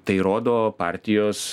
tai rodo partijos